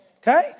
okay